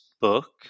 book